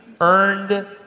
earned